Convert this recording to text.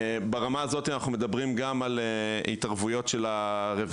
ברמה הזאת אנחנו מדברים גם על התערבויות של הרווחה.